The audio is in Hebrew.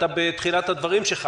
בתחילת דבריך,